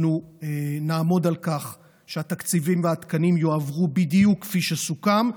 אנחנו נעמוד על כך שהתקציבים והתקנים יועברו בדיוק כפי שסוכם,